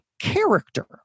character